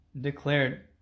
declared